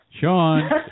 Sean